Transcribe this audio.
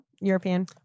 European